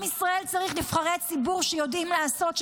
עם ישראל צריך נבחרי ציבור שיודעים לעשות,